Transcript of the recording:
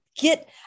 get